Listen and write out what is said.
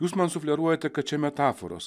jūs man sufleruojate kad čia metaforos